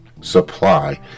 supply